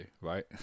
right